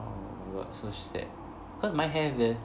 oh my god so sad cause mine have leh